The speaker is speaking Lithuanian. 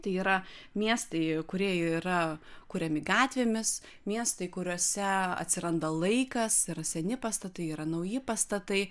tai yra miestai kurie yra kuriami gatvėmis miestai kuriuose atsiranda laikas yra seni pastatai yra nauji pastatai